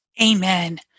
Amen